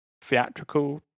theatrical